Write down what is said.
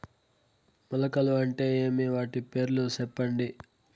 మొలకలు అంటే ఏమి? వాటి పేర్లు సెప్పండి?